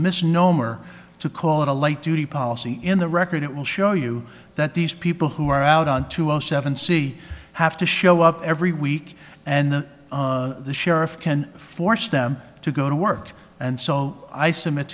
misnomer to call it a light duty policy in the record it will show you that these people who are out on two zero zero seven c have to show up every week and the sheriff can force them to go to work and so i submit